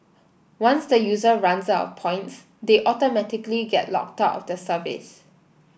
once the user runs out of points they automatically get locked out of the service